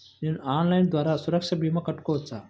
నేను ఆన్లైన్ ద్వారా సురక్ష భీమా కట్టుకోవచ్చా?